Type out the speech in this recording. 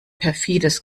perfides